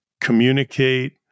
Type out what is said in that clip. communicate